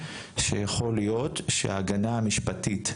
שיכול להיות שההגנה המשפטית,